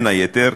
בין היתר,